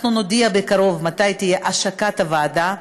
נודיע בקרוב מתי תהיה השקת הוועדה,